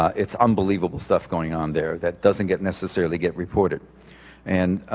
it's unbelievable stuff going on there that doesn't get necessarily get reported and